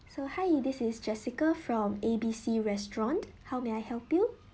so hi this is jessica from A B C restaurant how may I help you